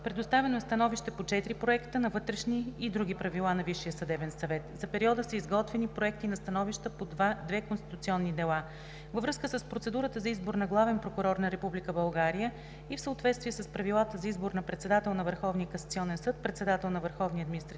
Предоставено е становище по четири проекта на вътрешни и други правила на Висшия съдебен съвет. За периода са изготвени проекти на становища по две конституционни дела. Във връзка с процедурата за избор на главен прокурор на Република България и в съответствие с Правилата за избор на председател на Върховния